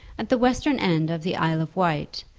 at the western end of the isle of wight,